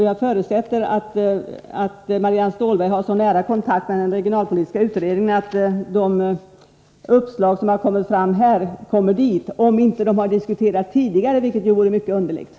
Jag förutsätter att Marianne Stålberg har så nära kontakt med den regionalpolitiska utredningen att de uppslag som har förts fram här kommer även till utredningen. Det vore i och för sig underligt om man inte hade diskuterat dem tidigare.